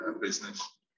business